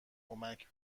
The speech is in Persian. کمک